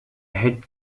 head